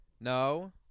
No